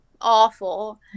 awful